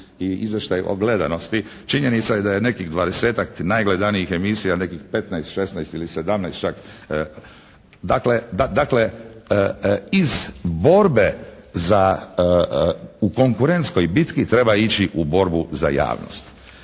i izvještaj o gledanosti. Činjenica je da je nekih 20-tak najgledanijih emisija nekih 15, 16 ili 17 čak, dakle iz borbe za, u konkurentskoj bitki treba ići u borbu za javnost.